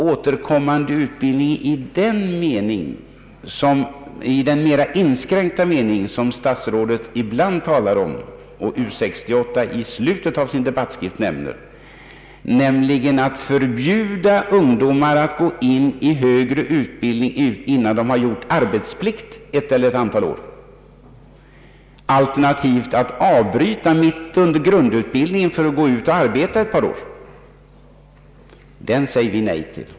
Återkommande utbildning i den mera inskränkta mening som stats rådet ibland talar om och som U 68 i slutet av sin debattskrift nämner, nämligen att man förbjuder ungdomar att gå in i högre utbildning innan de har fullgjort en arbetsplikt på ett eller ett antal år, alternativt att man låter dem avbryta studierna mitt under grundutbildningen för att gå ut och arbeta ett par år, den formen av återkommande utbildning säger vi nej till.